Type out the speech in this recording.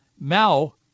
Mao